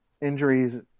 injuries